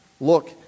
Look